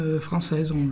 française